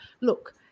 look